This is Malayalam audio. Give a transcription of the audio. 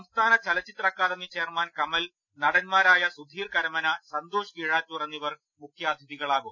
സംസ്ഥാന ചലച്ചിത്ര അക്കാദമി ചെയൻമാൻ കമൽ നടന്മാരായ സുധീർ കരമന സന്തോഷ് കീഴാറ്റൂർ എന്നിവർ മുഖ്യാതിഥികളാവും